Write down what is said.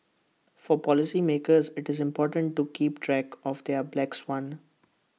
for policymakers IT is important to keep track of their black swan